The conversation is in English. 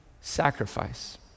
sacrifice